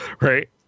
right